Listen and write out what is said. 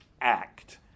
act